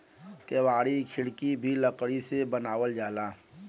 केवाड़ी खिड़की भी लकड़ी से बनावल जाला